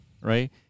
right